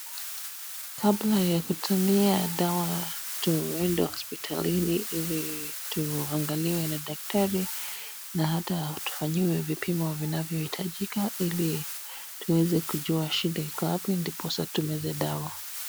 Kabla ya kutumia dawa tuende hosipitalini hili tuangaliwe na dakitari na ata tufanyiwe vipimo vinavyohitajika hili tuweze kujua shida iko wapi ndiposa tumeze dawa.